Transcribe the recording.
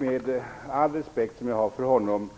med all den respekt jag har för honom.